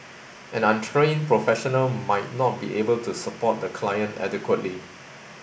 an untrained professional might not be able to support the client adequately